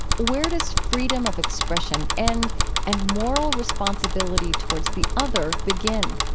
where does freedom of expression end and moral responsibility towards the other begin?